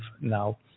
now